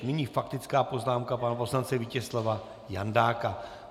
Nyní faktická poznámka pana poslance Vítězslava Jandáka.